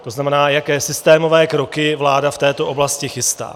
To znamená, jaké systémové kroky vláda v této oblasti chystá.